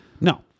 No